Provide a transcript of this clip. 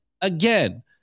again